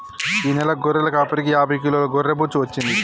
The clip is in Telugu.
ఈ నెల గొర్రెల కాపరికి యాభై కిలోల గొర్రె బొచ్చు వచ్చింది